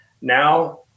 Now